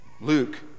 Luke